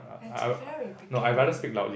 at the very beginning